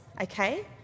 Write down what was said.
okay